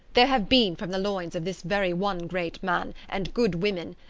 there have been from the loins of this very one great men and good women,